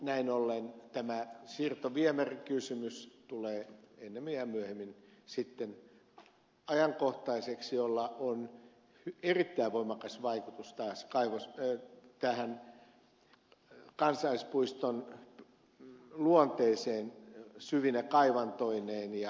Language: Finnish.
näin ollen siirtoviemärikysymys tulee ennemmin tai myöhemmin ajankohtaiseksi ja sillä on erittäin voimakas vaikutus kansallispuiston luonteeseen syvine kaivantoineen ja rakentamisineen